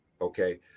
Okay